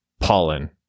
Pollen